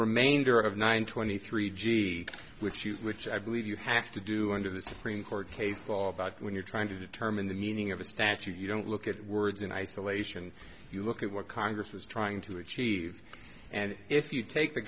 remainder of nine twenty three g which is which i believe you have to do under the supreme court case law about when you're trying to determine the meaning of a statute you don't look at words in isolation you look at what congress was trying to achieve and if you take the